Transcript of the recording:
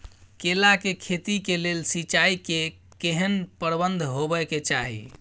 केला के खेती के लेल सिंचाई के केहेन प्रबंध होबय के चाही?